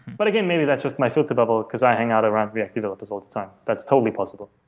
but again, maybe that's just my filter bubble, because i hang out around react developers all the time. that's totally possible